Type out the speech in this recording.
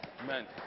Amen